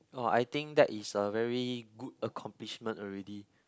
oh I think that is a very good accomplishment already